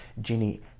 Ginny